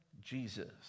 Jesus